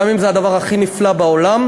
גם אם זה הדבר הכי נפלא בעולם.